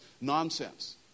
nonsense